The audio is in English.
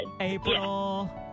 April